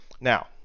now